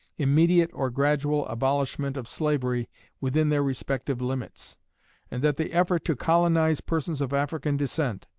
immediate or gradual abolishment of slavery within their respective limits and that the effort to colonize persons of african descent,